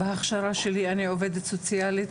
בהכשרה שלי אני עובדת סוציאלית,